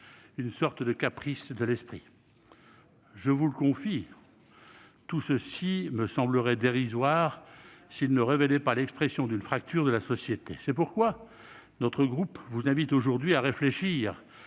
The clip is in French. une sorte de caprice de l'esprit. Je vous le confie, tout cela me semblerait dérisoire s'il ne révélait pas l'expression d'une fracture de la société, raison pour laquelle notre groupe vous invite aujourd'hui à réfléchir